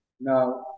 Now